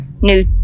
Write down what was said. new